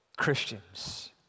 Christians